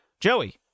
Joey